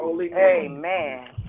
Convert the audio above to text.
Amen